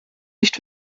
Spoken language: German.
nicht